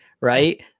right